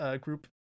group